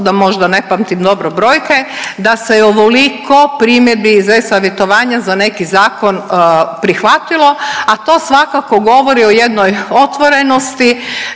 da možda ne pamtim dobro brojke, da se je ovoliko primjedbi iz e-savjetovanja za neki zakon prihvatilo, a to svakako govori o jednoj otvorenosti